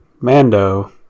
mando